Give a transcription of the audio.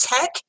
tech